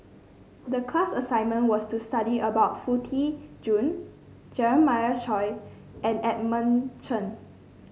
the class assignment was to study about Foo Tee Jun Jeremiah Choy and Edmund Chen